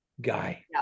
guy